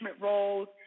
roles